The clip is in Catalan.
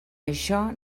això